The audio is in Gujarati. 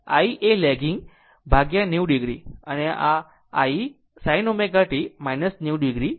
આ I એ લેગિંગ 90 o અને આ I sin ω t 90 o